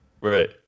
Right